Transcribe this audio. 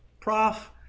Prof